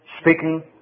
speaking